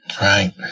Right